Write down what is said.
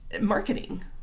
marketing